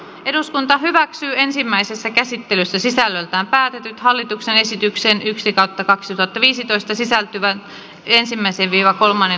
eduskunta hyväksyi ensimmäisessä käsittelyssä sisällöltään päätetyt hallituksen esityksen yksi tai kaksi tate viisitoista sisältyvän ensimmäisen ja kolmannen